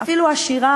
אפילו עשירה,